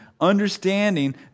understanding